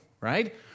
right